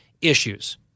issues